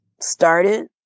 started